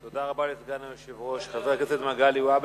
תודה רבה לסגן היושב-ראש, חבר הכנסת מגלי והבה.